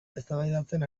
eztabaidatzen